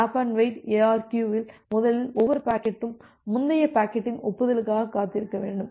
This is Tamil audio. ஸ்டாப் அண்டு வெயிட் எஆர்கியு இல் முதலில் ஒவ்வொரு பாக்கெட்டும் முந்தைய பாக்கெட்டின் ஒப்புதலுக்காக காத்திருக்க வேண்டும்